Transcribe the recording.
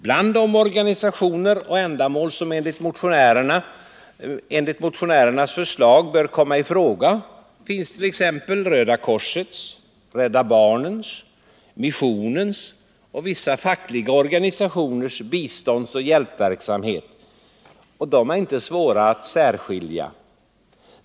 Bland de organisationer och ändamål som enligt motionärernas förslag bör komma i fråga finns t.ex. Röda korsets, Rädda barnens, missionens och vissa fackliga organisationers biståndsoch hjälpverksamhet, och de är inte svåra att särskilja.